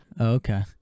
Okay